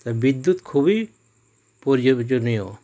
তাই বিদ্যুৎ খুবই প্রয়োজনীয়